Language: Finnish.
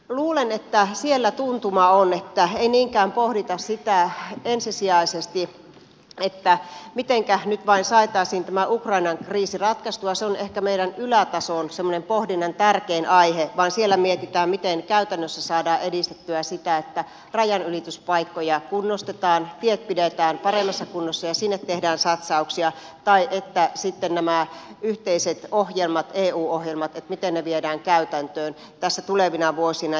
luulen että siellä tuntuma on että ei niinkään pohdita ensisijaisesti sitä mitenkä nyt vain saataisiin tämä ukrainan kriisi ratkaistua se on ehkä meidän ylätason semmoinen pohdinnan tärkein aihe vaan siellä mietitään miten käytännössä saadaan edistettyä sitä että rajanylityspaikkoja kunnostetaan tiet pidetään paremmassa kunnossa ja sinne tehdään satsauksia tai sitten miten nämä yhteiset eu ohjelmat viedään käytäntöön tässä tulevina vuosina